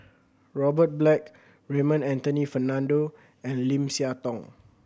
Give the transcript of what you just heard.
Robert Black Raymond Anthony Fernando and Lim Siah Tong